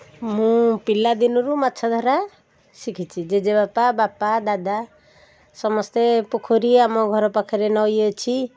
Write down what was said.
ମୁଁ ପିଲାଦିନରୁ ମାଛଧରା ଶିଖିଛି ଜେଜେବାପା ବାପା ଦାଦା ସମସ୍ତେ ପୋଖରୀ ଆମ ଘର ପାଖରେ ନଈ ଅଛି